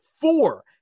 four